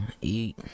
eat